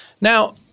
Now